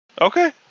Okay